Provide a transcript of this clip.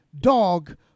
dog